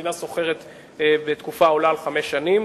שהמדינה שוכרת לתקופה העולה על חמש שנים.